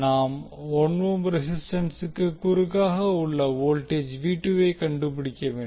நாம் 1 ஓம் ரெசிஸ்டன்சுக்கு குறுக்காக உள்ள வோல்டேஜ் கண்டுபிடிக்க வேண்டும்